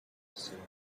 seemed